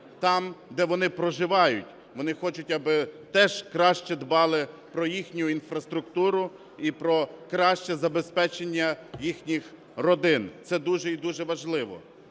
там, де вони проживають, вони хочуть, аби теж краще дбали про їхню інфраструктуру і про краще забезпечення їхніх родин. Це дуже і дуже важливо.